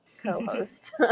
co-host